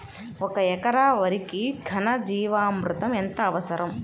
ఒక ఎకరా వరికి ఘన జీవామృతం ఎంత అవసరం?